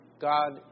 God